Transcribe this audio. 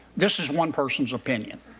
this is one person's opinion.